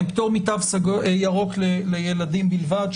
פטור מתו ירוק לילדים בלבד,